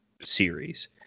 series